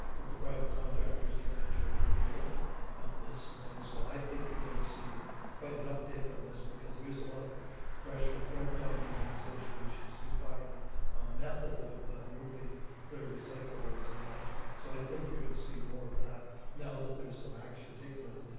that the private contractors can actually get going at this and so i think you're going to see quite an uptick on this because there is a lot of pressure from condominium associations to find a method of moving their recyclables, and so i think you're going to see more of that now that there's some action taken on it.